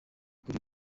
kuri